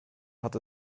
hat